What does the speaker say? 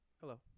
Hello